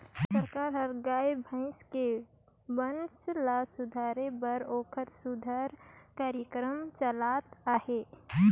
सरकार हर गाय, भइसी के बंस ल सुधारे बर ओखर सुधार कार्यकरम चलात अहे